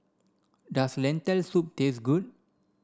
does Lentil soup taste good